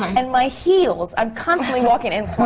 and my heels, i'm constantly walking in